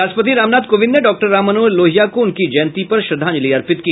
राष्ट्रपति रामनाथ कोविंद ने डॉक्टर राम मनोहर लोहिया को उनकी जयंती पर श्रद्धांजलि अर्पित की